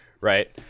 Right